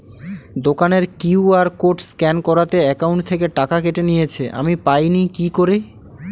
দোকানের QR code scan করাতে account থেকে টাকা কেটে নিয়েছে, আমি পাইনি কি করি?